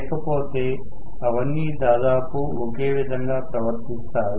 లేకపోతే అవన్నీ దాదాపు ఒకే విధంగా ప్రవర్తిస్తాయి